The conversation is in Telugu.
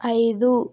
ఐదు